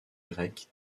grecs